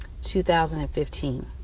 2015